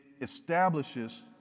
establishes